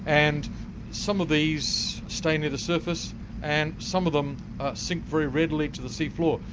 and some of these stay near the surface and some of them sink very readily to the sea floor.